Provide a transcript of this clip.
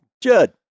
Judd